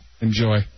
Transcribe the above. Enjoy